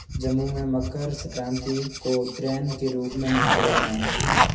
जम्मू में मकर सक्रांति को उत्तरायण के रूप में मनाया जाता है